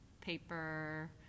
paper